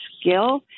skill